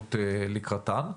ההתארגנות לקראתן.